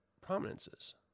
prominences